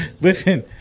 Listen